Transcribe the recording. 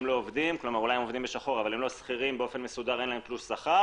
זאת אומרת אין להם תלוש שכר